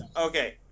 Okay